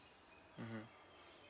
mmhmm